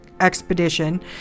expedition